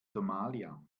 somalia